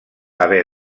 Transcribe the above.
haver